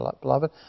beloved